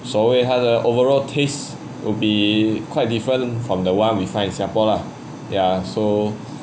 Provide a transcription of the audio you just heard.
所谓它的 overall taste will be quite different from the one we find in singapore lah ya so